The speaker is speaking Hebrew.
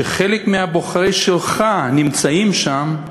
שחלק מהבוחרים שלך נמצאים שם,